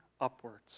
upwards